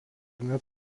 net